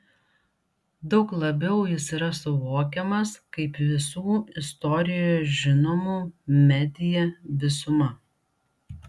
daug labiau jis yra suvokiamas kaip visų istorijoje žinomų media visuma